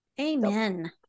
Amen